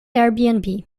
airbnb